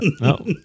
no